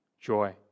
joy